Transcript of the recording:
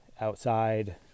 outside